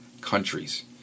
countries